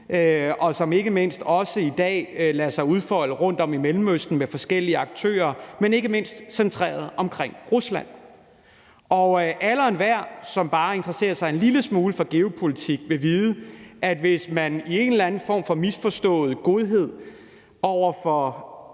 og som ikke mindst også i dag lader sig udfolde rundtom i Mellemøsten med forskellige aktører, men ikke mindst centreret omkring Rusland. Og alle og enhver, som bare interesserer sig en lille smule for geopolitik, vil vide, at det her er spørgsmålet: Hvis man i en eller anden form for misforstået godhed over for